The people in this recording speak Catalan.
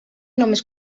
només